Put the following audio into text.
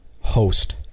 Host